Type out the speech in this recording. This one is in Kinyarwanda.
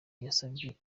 yasabye